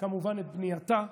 כמובן את בנייתה,